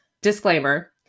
disclaimer